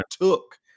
took